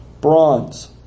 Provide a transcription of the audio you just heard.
bronze